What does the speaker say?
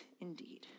indeed